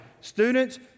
Students